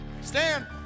Stand